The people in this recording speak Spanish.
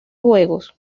juegos